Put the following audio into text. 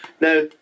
Now